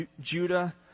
Judah